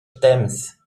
temps